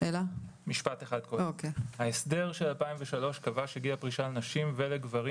ההסדר של 2003 קבע שגיל הפרישה לנשים ולגברים